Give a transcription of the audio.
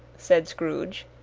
said scrooge,